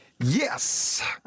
Yes